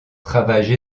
travaillent